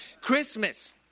Christmas